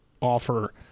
offer